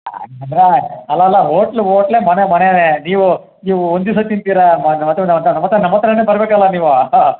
ಹಂಗ್ ಅಂದರೆ ಅಲ್ಲ ಅಲ್ಲ ಹೋಟ್ಲು ಓಟ್ಲೇ ಮನೆ ಮನೆಯೇ ನೀವು ನೀವು ಒಂದು ದಿವ್ಸ ತಿಂತೀರ ಮತ್ತೆ ನಮತ ನಮ್ಮ ಹತ್ರ ನಮ್ಮ ಹತ್ರನೇ ಬರಬೇಕಲ್ಲ ನೀವು ಅಹ್ಹ